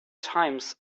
times